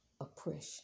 Oppression